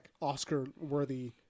Oscar-worthy